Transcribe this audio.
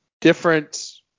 different